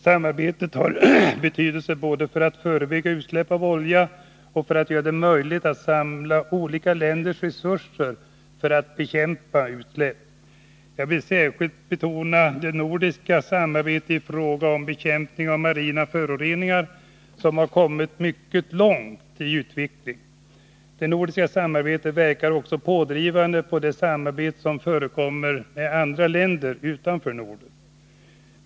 Samarbetet har betydelse både för att förebygga utsläpp av olja och för att göra det möjligt att samla olika länders resurser för att bekämpa utsläpp. Jag vill särskilt betona det nordiska samarbete i fråga om bekämpning av marina föroreningar som har kommit mycket långt i utveckling. Det nordiska samarbetet verkar också pådrivande på det samarbete som förekommer med andra länder utanför Norden.